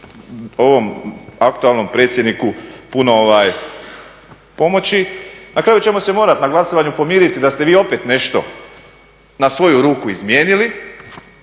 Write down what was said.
ovom aktualnom predsjedniku puno pomoći. Na kraju ćemo se morati na glasovanju pomiriti da ste vi opet nešto na svoju ruku izmijenili,